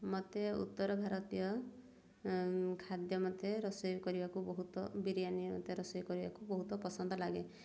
ମୋତେ ଉତ୍ତର ଭାରତୀୟ ଖାଦ୍ୟ ମୋତେ ରୋଷେଇ କରିବାକୁ ବହୁତ ବିରିୟାନୀ ମୋତେ ରୋଷେଇ କରିବାକୁ ବହୁତ ପସନ୍ଦ ଲାଗେ